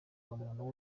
umuntu